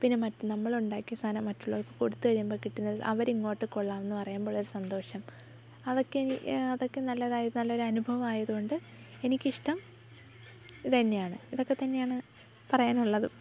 പിന്നെ മറ്റു നമ്മളുണ്ടാക്കിയ സാധനം മറ്റുള്ളവർക്ക് കൊടുത്ത് കഴിയുമ്പോൾ കിട്ടുന്ന അവരിങ്ങോട്ട് കൊള്ളാം എന്ന് പറയുമ്പോൾ ഉള്ളൊരു സന്തോഷം അതൊക്കെ നല്ലതായത് നല്ലൊരനുഭവം ആയത് കൊണ്ട് എനിക്കിഷ്ടം ഇത് തന്നെയാണ് ഇതൊക്കെ തന്നെയാണ് പറയാനുള്ളതും